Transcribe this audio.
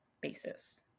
basis